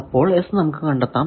അപ്പോൾ S നമുക്ക് കണ്ടെത്താം